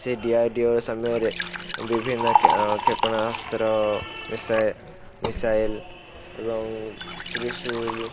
ସେ D R D O ସମୟରେ ବିଭିନ୍ନ କ୍ଷେପଣାସ୍ତ୍ର ମିସାଇଲ୍ ଏବଂ ତ୍ରିଶୁର